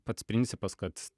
pats principas kad